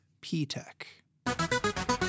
P-TECH